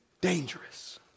dangerous